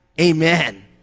Amen